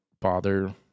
bother